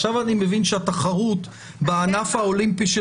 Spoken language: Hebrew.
עכשיו אני מבין שהתחרות בענף האולימפי של